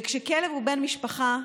כשכלב הוא בן משפחה,